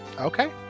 Okay